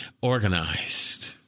organized